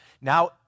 Now